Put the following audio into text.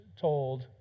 told